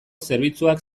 zerbitzuak